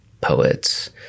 poets